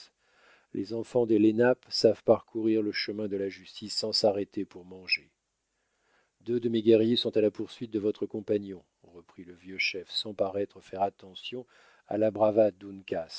les enfants des lenapes savent parcourir le chemin de la justice sans s'arrêter pour manger deux de mes guerriers sont à la poursuite de votre compagnon reprit le vieux chef sans paraître faire attention à la bravade